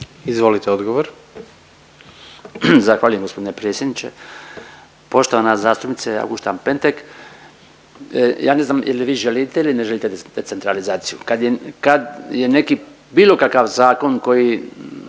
Branko (HDZ)** Zahvaljujem g. predsjedniče. Poštovana zastupnice Auguštan-Pentek, ja ne znam je li vi želite ili ne želite decentralizaciju? Kad je neki bilo kakav zakon koji,